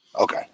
okay